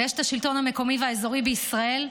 ויש את השלטון המקומי והאזורי בישראל,